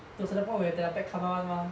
to singapore will tio bad karma [one] mah